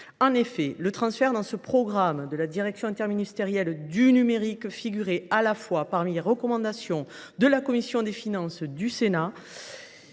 En effet, le transfert dans ce programme de la direction interministérielle du numérique figurait à la fois parmi les recommandations de la commission des finances du Sénat